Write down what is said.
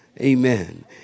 Amen